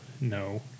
No